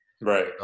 Right